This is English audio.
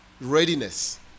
readiness